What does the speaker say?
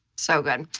so good.